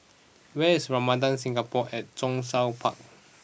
where is Ramada Singapore at Zhongshan Park